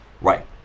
Right